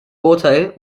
urteil